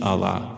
Allah